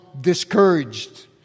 discouraged